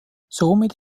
somit